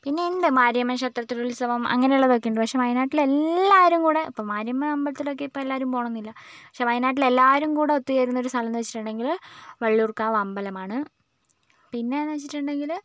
പിന്നെ ഉണ്ട് മാരിയമ്മൻ ക്ഷേത്രത്തിലെ ഉത്സവം അങ്ങനെ ഉള്ളതൊക്കെയുണ്ട് പക്ഷേ വയനാട്ടിലെ എല്ലാവരും കൂടെ ഇപ്പം മാരിയമ്മൻ അംമ്പലത്തിലൊക്കെ ഇപ്പം എല്ലാവരും പോവണം എന്നില്ല പക്ഷേ വയനാട്ടിൽ എല്ലാവരും കൂടെ ഒത്തുച്ചേരുന്ന ഒരു സ്ഥലാമെന്ന് വെച്ചിട്ടുണ്ടെങ്കിൽ വള്ളിയൂർക്കാവ് അമ്പലമാണ് പിന്നേന്ന് വെച്ചിട്ടുണ്ടെങ്കിൽ